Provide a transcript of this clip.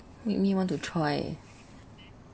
make me want to try eh